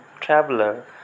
traveler